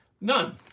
None